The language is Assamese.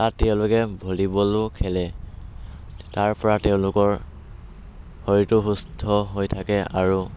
তাত তেওঁলোকে ভলিবলো খেলে তাৰ পৰা তেওঁলোকৰ শৰীৰটো সুস্থ হৈ থাকে আৰু